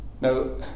Now